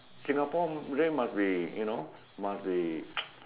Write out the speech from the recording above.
Singapore brain must be you know must be